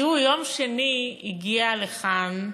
תראו, ביום שני הגיע לכאן,